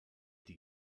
die